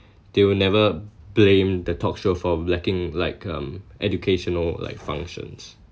they will never blame the talk show for lacking like um educational like functions